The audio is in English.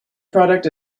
product